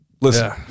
Listen